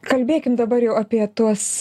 kalbėkim dabar jau apie tuos